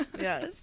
Yes